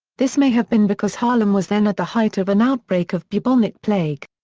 this may have been because haarlem was then at the height of an outbreak of bubonic plague.